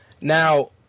Now